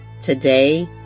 Today